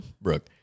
Brooke